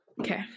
Okay